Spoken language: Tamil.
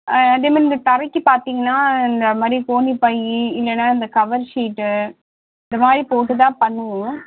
ஆ அதே மாதிரி இந்த தரைக்கு பார்த்தீங்கன்னா இந்த மாதிரி கோணிப்பைய் இல்லைன்னா இந்த கவர் ஷீட்டு இந்த மாதிரி போட்டுத்தான் பண்ணுவோம்